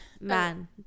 Man